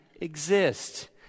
exist